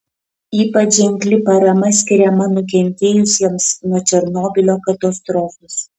ypač ženkli parama skiriama nukentėjusiems nuo černobylio katastrofos